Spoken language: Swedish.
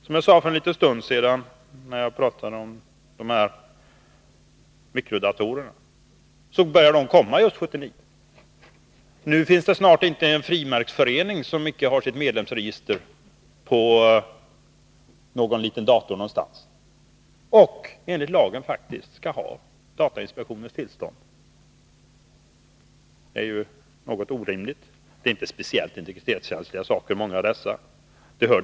Som jag sade för en liten stund sedan då jag pratade om dessa mikrodatorer, så började dessa komma just 1979. Nu finns det snart inte en frimärksförening som icke har sitt medlemsregister på en liten dator någonstans och som enligt lagen faktiskt skall ha datainspektionens tillstånd. Det är ju orimligt. Det är inte speciellt integritetskänsliga saker som ingår i dessa register.